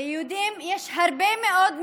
ליהודים יש הרבה מאוד מלגות,